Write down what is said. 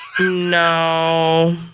No